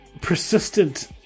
persistent